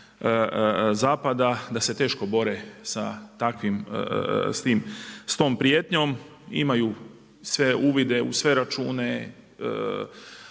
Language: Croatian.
zapada da se teško bore s tom prijetnjom, imaju sve uvide u sve račune,